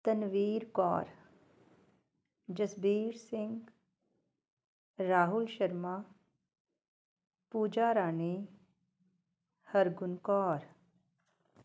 Tanveer Kaur Jasbir Singh Rahul Sharma Pooja Rani Hargun Kaur